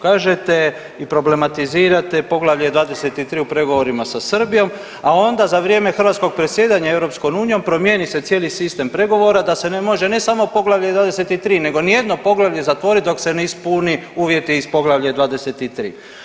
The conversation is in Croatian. Kažete, i problematizirate Poglavlje 23 u pregovorima sa Srbijom, a onda za vrijeme hrvatskog predsjedanja EU-om promijeni se cijeli sistem pregovora da se ne može, ne samo Poglavlje 23 nego nijedno poglavlje zatvoriti dok se ne ispuni uvjeti iz Poglavlja 23.